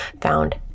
found